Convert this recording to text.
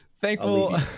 Thankful